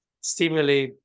stimuli